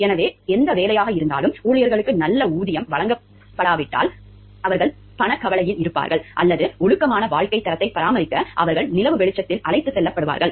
எனவே எந்த வேலையாக இருந்தாலும் ஊழியர்களுக்கு நல்ல ஊதியம் வழங்கப்படாவிட்டால் அவர்கள் பணக் கவலையில் இருப்பார்கள் அல்லது ஒழுக்கமான வாழ்க்கைத் தரத்தை பராமரிக்க அவர்கள் நிலவு வெளிச்சத்தில் அழைத்துச் செல்லப்படுவார்கள்